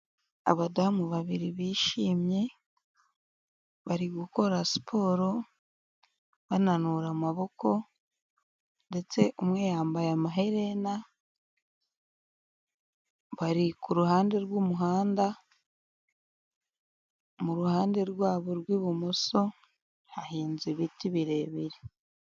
Abadamu babiri bishimye, bari gukora siporo bananura amaboko ndetse umwe yambaye amaherena, bari ku ruhande rw'umuhanda, mu ruhande rwabo rw'ibumoso hahinze ibiti birebire.